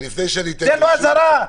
תן לו אזהרה.